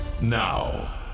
now